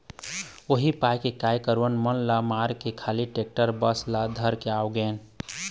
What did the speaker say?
उही पाय के काय करँव मन ल मारके खाली टेक्टरे बस ल धर के आगेंव